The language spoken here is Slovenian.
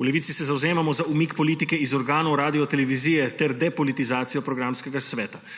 V Levici se zavzemamo za umik politike iz organov Radiotelevizije ter depolitizacijo programskega sveta.